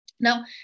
Now